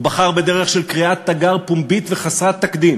הוא בחר בדרך של קריאת תיגר פומבית וחסרת תקדים